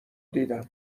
دیدم